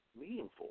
meaningful